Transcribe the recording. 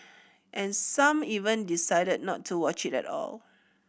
and some even decided not to watch it at all